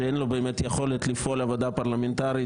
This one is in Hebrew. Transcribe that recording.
שאין לו באמת יכולת לעשות עבודה פרלמנטרית,